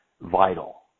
vital